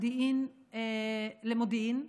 רגע,